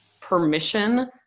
permission